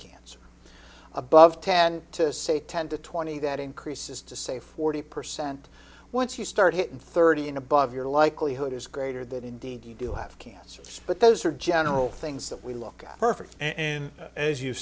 cancer above ten to say ten to twenty that increase is to say forty percent once you start hitting thirty in above your likelihood is greater than indeed you do have cancer but those are general things that we look perfect and as you